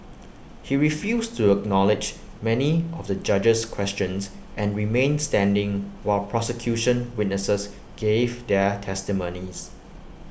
he refused to acknowledge many of the judge's questions and remained standing while prosecution witnesses gave their testimonies